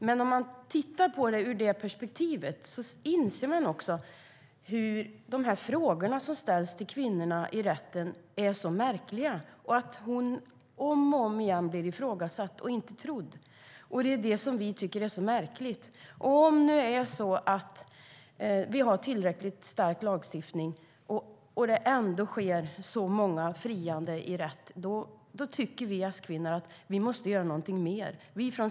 Men om man ser på frågan ur det perspektivet inser man att frågorna som ställs till kvinnorna i rätten är så märkliga. Hon blir om och om igen ifrågasatt och inte trodd. Det är det som vi tycker är så märkligt. Om lagstiftningen är tillräckligt stark, och det ändå sker så många frianden i rätten, tycker vi S-kvinnor att något mer måste göras.